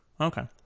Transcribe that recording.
Okay